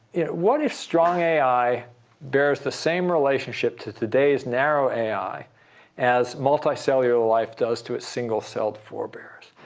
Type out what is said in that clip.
what if strong ai bears the same relationship to today's narrow ai as multicellular life does to its single-celled forebears?